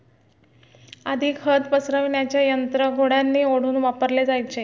आधी खत पसरविण्याचे यंत्र घोड्यांनी ओढून वापरले जायचे